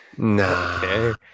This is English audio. no